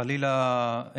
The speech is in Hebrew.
חלילה,